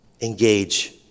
Engage